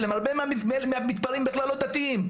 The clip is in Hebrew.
הרבה מהמתפרעים בכלל לא דתיים,